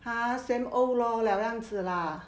!huh! same old lor 老样子 lah